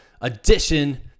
edition